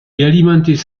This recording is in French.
alimentait